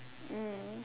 mm